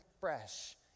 fresh